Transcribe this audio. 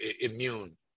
immune